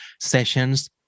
sessions